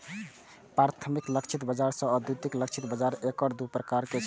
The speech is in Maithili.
प्राथमिक लक्षित बाजार आ द्वितीयक लक्षित बाजार एकर दू प्रकार छियै